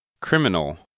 criminal